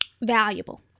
valuable